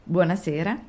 Buonasera